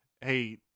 hey